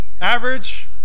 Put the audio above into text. average